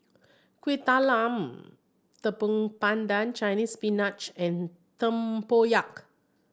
Kueh Talam Tepong Pandan Chinese Spinach and tempoyak